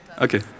Okay